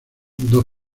dos